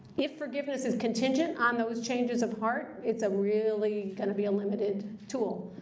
if forgiveness is contingent on those changes of heart, it's really going to be a limited tool.